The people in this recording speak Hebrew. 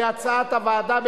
כהצעת הוועדה,